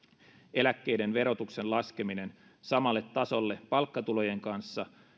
eläkkeiden verotuksen laskeminen samalle tasolle palkkatulojen kanssa